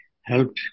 helped